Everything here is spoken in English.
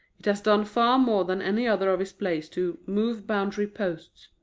it has done far more than any other of his plays to move boundary-posts.